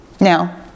Now